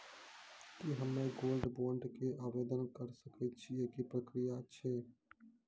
की हम्मय gold bond के आवदेन करे सकय छियै, की प्रक्रिया छै?